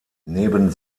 neben